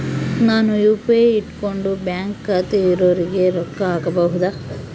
ನಾನು ಯು.ಪಿ.ಐ ಇಟ್ಕೊಂಡು ಬ್ಯಾಂಕ್ ಖಾತೆ ಇರೊರಿಗೆ ರೊಕ್ಕ ಹಾಕಬಹುದಾ?